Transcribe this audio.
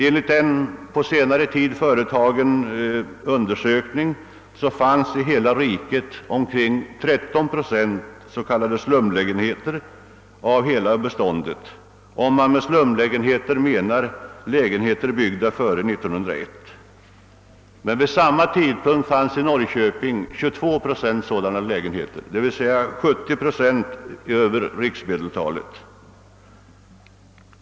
Enligt en på 1960-talet företagen undersökning fanns i hela riket omkring 13 procent s.k. slumlägenheter i hela beståndet — med slumlägenheter menades då lägenheter byggda före 1901. Men vid samma tidpunkt fanns i Norrköping 22 procent sådana lägenheter, d.v.s. 70 procent över riksmedeltalet.